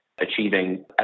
achieving